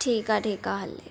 ठीक आहे ठीक आहे हले